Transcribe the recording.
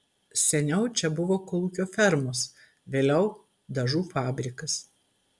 seniau čia buvo kolūkio fermos vėliau dažų fabrikas